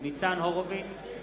ניצן הורוביץ,